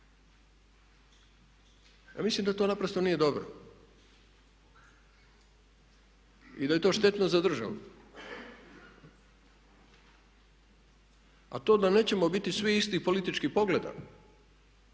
Ja mislim da to naprosto nije dobro i da je to štetno za državu. A to da nećemo biti svi isti političkih pogleda,